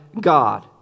God